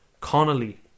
Connolly